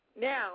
Now